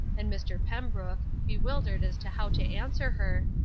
and mr. pembrook, bewildered as to how to answer her,